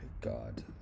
God